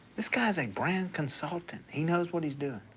this guy's a brand consultant. he knows what he's doing.